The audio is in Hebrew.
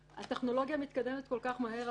הטכנולוגיה מתקדמת כל כך מהר,